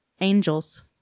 Angels